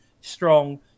strong